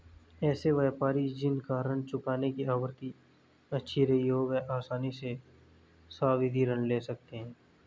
ऐसे व्यापारी जिन का ऋण चुकाने की आवृत्ति अच्छी रही हो वह आसानी से सावधि ऋण ले सकते हैं